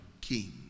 king